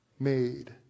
Made